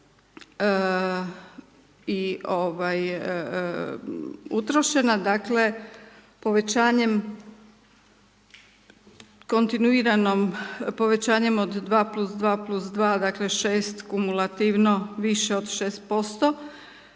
i utrošena. Dakle, povećanjem kontinuiranom, povećanjem dva plus dva plus dva, dakle šest kumulativno, više od 6%,